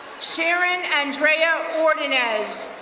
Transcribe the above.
sharon andrea ordinas,